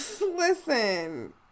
Listen